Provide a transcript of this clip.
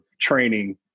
training